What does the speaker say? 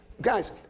Guys